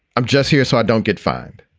i'm just here so i don't get fined.